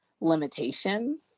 limitation